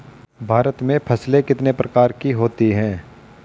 भारत में फसलें कितने प्रकार की होती हैं?